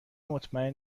مطمئن